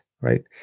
right